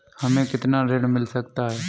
हमें कितना ऋण मिल सकता है?